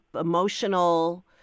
emotional